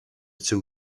too